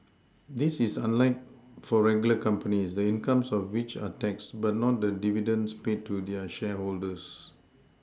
this is unlike for regular companies the incomes of which are taxed but not the dividends paid to their shareholders